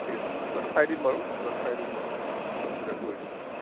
ঠিক আছে মই কিবা এটা চাই দিম বাৰু কিবা এটা চাই দিম বাৰু কনচিডাৰ কৰি দিম আপোনাক